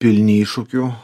pilni iššūkių